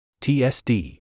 TSD